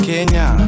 Kenya